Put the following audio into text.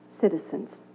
citizens